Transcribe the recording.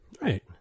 Right